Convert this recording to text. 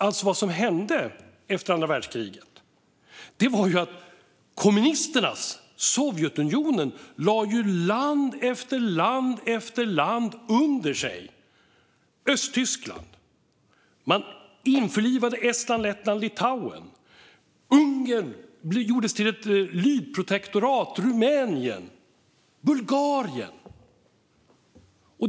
Det som hände efter andra världskriget var att kommunisterna, Sovjetunionen, lade land efter land under sig, bland annat Östtyskland. Man införlivade Estland, Lettland och Litauen. Ungern gjordes till ett lydprotektorat. Även Rumänien och Bulgarien drabbades.